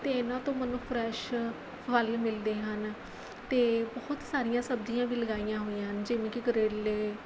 ਅਤੇ ਇਹਨਾਂ ਤੋਂ ਮੈਨੂੰ ਫਰੈਸ਼ ਫਲ ਮਿਲਦੇ ਹਨ ਅਤੇ ਬਹੁਤ ਸਾਰੀਆਂ ਸਬਜ਼ੀਆਂ ਵੀ ਲਗਾਈਆਂ ਹੋਈਆਂ ਹਨ ਜਿਵੇਂ ਕਿ ਕਰੇਲੇ